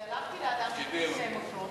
אני הלכתי לאדם שפרסם אותו,